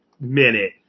minute